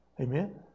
Amen